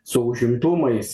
su užimtumais